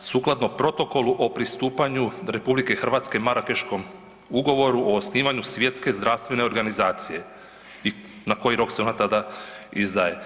sukladno Protokolu o pristupanju RH Marakeškom ugovoru o osnivanju Svjetske zdravstvene organizacije i na koji rok se ona tada izdaje.